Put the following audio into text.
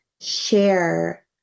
share